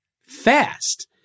fast